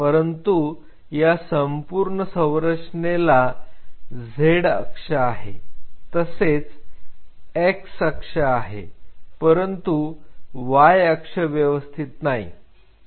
परंतु या संपूर्ण संरचनेला z अक्ष आहे तसेच x अक्ष आहे परंतु y अक्ष व्यवस्थित नाही